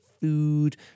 food